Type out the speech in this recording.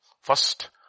First